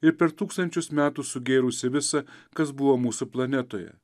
ir per tūkstančius metų sugėrusį visa kas buvo mūsų planetoje